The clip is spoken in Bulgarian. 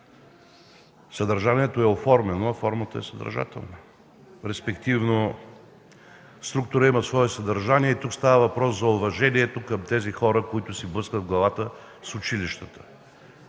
съдържанието е оформено, а формата е съдържателна, респективно структурата има свое съдържание и тук става въпрос за уважението към хората, които си блъскат главата с училищата.